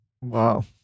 Wow